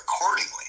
accordingly